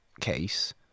case